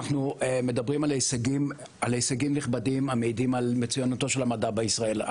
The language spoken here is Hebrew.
אנחנו מדברים על הישגים נכבדים המעידים על מצוינותו של המדע בישראל.